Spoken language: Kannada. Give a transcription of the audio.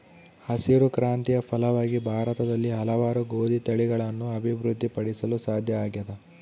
ಹಸಿರು ಕ್ರಾಂತಿಯ ಫಲವಾಗಿ ಭಾರತದಲ್ಲಿ ಹಲವಾರು ಗೋದಿ ತಳಿಗಳನ್ನು ಅಭಿವೃದ್ಧಿ ಪಡಿಸಲು ಸಾಧ್ಯ ಆಗ್ಯದ